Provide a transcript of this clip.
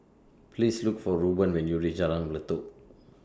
Please Look For Rueben when YOU REACH Jalan Pelatok